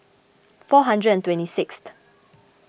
four hundred and twenty sixth